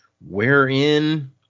wherein